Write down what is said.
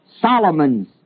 Solomon's